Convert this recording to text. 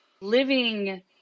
living